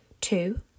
Two